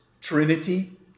Trinity